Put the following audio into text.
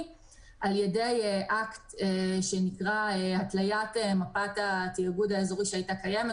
על-ידי אקט שנקרא התליית מפת התאגוד האזורי שהייתה קיימת,